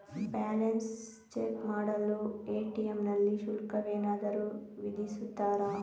Balance check ಮಾಡಲು ATM ನಲ್ಲಿ ಶುಲ್ಕವೇನಾದರೂ ವಿಧಿಸುತ್ತಾರಾ?